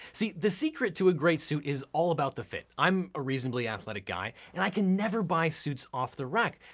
see, the secret to a great suit is all about the fit. i'm a reasonably athletic guy. and i can never buy suits off the rack.